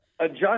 adjust